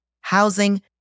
housing